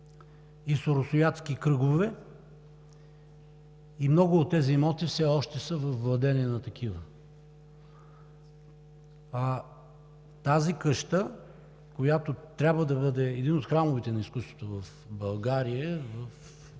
и соросоядски кръгове, и много от тези имоти все още са във владение на такива. Тази къща, която трябва да бъде един от храмовете на изкуството в България, в